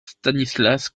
stanislas